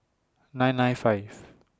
nine nine five